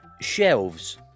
Shelves